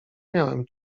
miałem